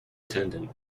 attendant